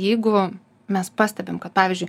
jeigu mes pastebim kad pavyzdžiui